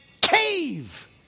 cave